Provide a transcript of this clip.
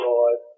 Lord